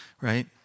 right